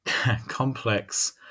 complex